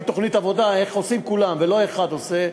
תוכנית עבודה איך עושים כולם ולא אחד עושה,